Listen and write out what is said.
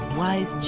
wise